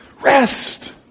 Rest